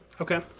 Okay